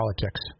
politics